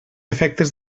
efectes